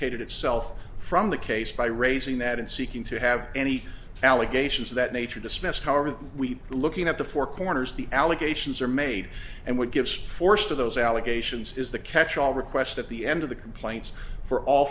extricated itself from the case by raising that and seeking to have any allegations that nature dismissed how are we looking at the four corners the allegations are made and what gives force to those allegations is the catch all request at the end of the complaints for all